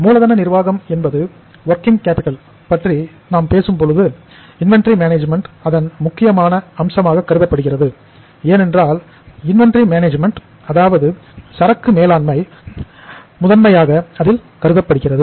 மூலதன நிர்வாகம் அதாவது வொர்கிங் கேப்பிட்டல் பற்றி நாம் பேசும் பொழுது இன்வெண்டரி மேனேஜ்மென்ட் அதன் முக்கியமான அம்சமாக கருதப்படுகிறது ஏனென்றால் இன்வெண்டரி மேனேஜ்மெண்ட் அதாவது சரக்கு மேலாண்மை தான் முதன்மையாக அதில் கருதப்படுகிறது